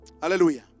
Hallelujah